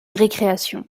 récréation